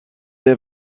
des